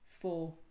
Four